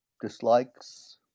dislikes